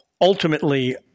ultimately